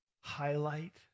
highlight